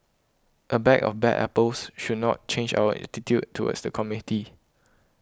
a bag of bad apples should not change our attitude towards the community